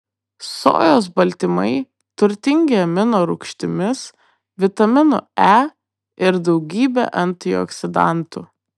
sojos baltymai turtingi aminorūgštimis vitaminu e ir daugybe antioksidantų